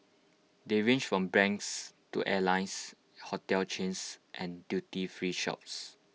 they range from banks to airlines hotel chains and duty free shops